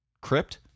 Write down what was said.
Crypt